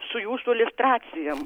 su jūsų iliustracijom